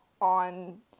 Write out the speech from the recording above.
on